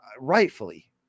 rightfully